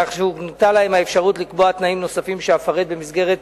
כך שהוקנתה להם האפשרות לקבוע תנאים נוספים שאפרט במסגרת